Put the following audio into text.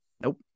Nope